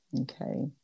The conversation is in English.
Okay